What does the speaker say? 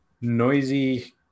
noisy